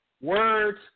words